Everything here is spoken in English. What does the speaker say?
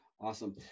Awesome